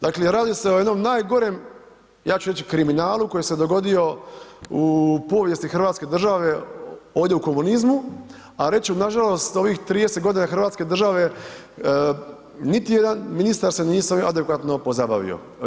Dakle, radi se o jednom najgorem, ja ću reći, kriminalu koji se dogodio u povijesti hrvatske države ovdje u komunizmu, a reću nažalost ovih 30.g. hrvatske države niti jedan ministar se nije adekvatno pozabavio.